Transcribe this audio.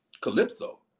Calypso